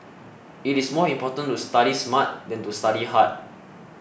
it is more important to study smart than to study hard